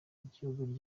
ry’igihugu